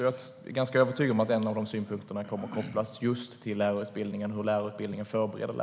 Jag är ganska övertygad om att en av de synpunkterna kommer att kopplas till just lärarutbildningen.